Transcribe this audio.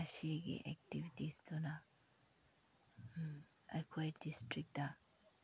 ꯑꯁꯤꯒꯤ ꯑꯦꯛꯇꯤꯕꯤꯇꯤꯁꯇꯨꯅ ꯑꯩꯈꯣꯏ ꯗꯤꯁꯇ꯭ꯔꯤꯛꯇ